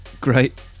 Great